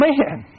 Man